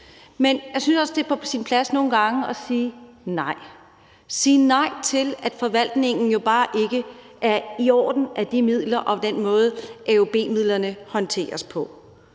Men jeg synes også, at det er på sin plads nogle gange at sige nej, sige nej til, at forvaltningen jo bare ikke er i orden med hensyn til den måde, AUB-midlerne håndteres på.